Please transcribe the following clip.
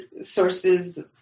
sources